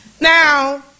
Now